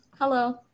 Hello